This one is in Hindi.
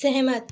सहमत